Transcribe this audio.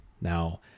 Now